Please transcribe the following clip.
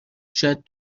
شاید